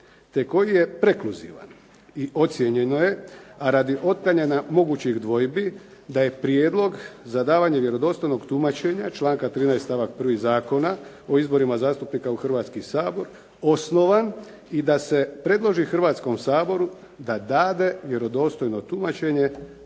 te koji je prekluzivan. I ocijenjeno je a radi otklanjanja mogućih dvojbi da je prijedlog za davanje vjerodostojnog tumačenja, članka 13. stavak 1. Zakona o izborima zastupnika u Hrvatski sabor osnovan i da se predloži Hrvatskom saboru da dade vjerodostojno tumačenje